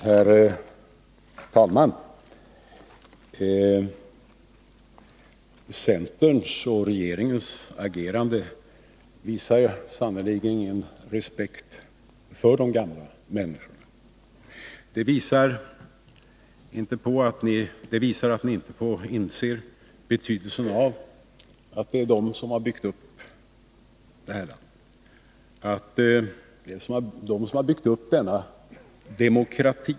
Herr talman! Centerns och regeringens agerande visar sannerligen ingen respekt för de gamla människorna. Det visar att ni inte inser betydelsen av att det är de som byggt upp denna demokrati.